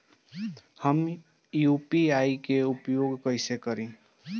हम यू.पी.आई के उपयोग कइसे करी?